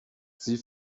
sie